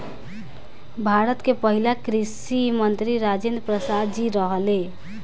भारत के पहिला कृषि मंत्री राजेंद्र प्रसाद जी रहले